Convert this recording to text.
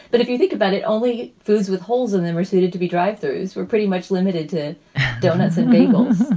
but if you think about it, only foods with holes and then receded to be drivethrough. those were pretty much limited to doughnuts and bagels